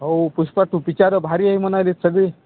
हो पुष्पा टू पिचारं भारी आहे म्हणाली सगळी